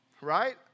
right